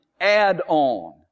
add-on